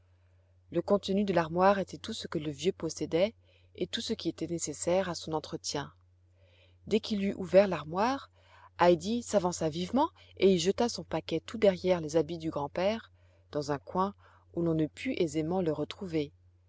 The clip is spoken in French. le contenu de l'armoire était tout ce que le vieux possédait et tout ce qui était nécessaire à son entretien dès qu'il eut ouvert l'armoire heidi s'avança vivement et y jeta son paquet tout derrière les habits du grand-père dans un coin où l'on ne pût aisément le retrouver